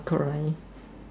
correct